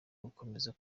gukomeza